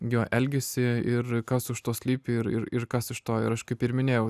jo elgesį ir kas už to slypi ir ir ir kas iš to ir aš kaip ir minėjau